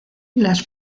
las